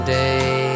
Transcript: day